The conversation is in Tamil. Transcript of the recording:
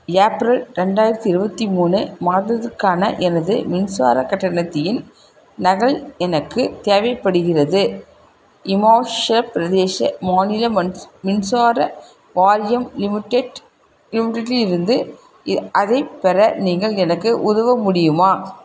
ஏப்ரல் ரெண்டாயிரத்தி இருபத்தி மூணு மாதத்துக்கான எனது மின்சாரக் கட்டணத்தின் நகல் எனக்கு தேவைப்படுகிறது இமாச்சலப் பிரதேச மாநில மின்சார வாரியம் லிமிடெட் லிமிட்டெடிலிருந்து அதைப் பெற நீங்கள் எனக்கு உதவ முடியுமா